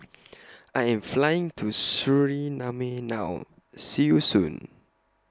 I Am Flying to Suriname now See YOU Soon